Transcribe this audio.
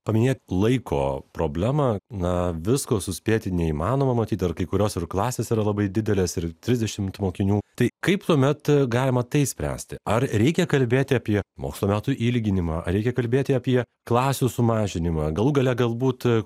paminėti laiko problema na visko suspėti neįmanoma matyt dar kai kurios klasės yra labai didelės ir trisdešimt mokinių tai kaip tuomet galima tai spręsti ar reikia kalbėti apie mokslo metų ilginimą reikia kalbėti apie klasių sumažinimą galų gale galbūt